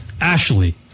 Ashley